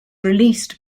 released